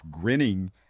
grinning